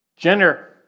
Jenner